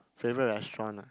favorite restaurant ah